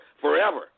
forever